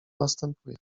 następuje